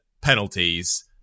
penalties